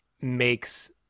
makes